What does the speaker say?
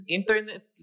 Internet